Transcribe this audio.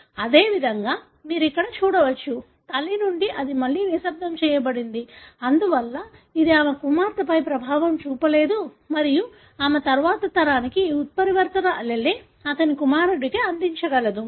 అదేవిధంగా మీరు ఇక్కడ చూడవచ్చు తల్లి నుండి ఇది మళ్లీ నిశ్శబ్దం చేయబడింది అందువల్ల ఇది ఆమె కుమార్తెపై ప్రభావం చూపలేదు మరియు ఆమె తరువాతి తరానికి ఈ ఉత్పరివర్తన allele అతని కుమారుడికి అందించగలదు